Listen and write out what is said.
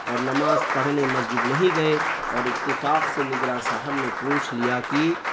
اور نماز پڑھنے مسجد نہیں گئے اور اتفاق سے نگراں صاحب نے پوچھ لیا کہ